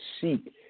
seek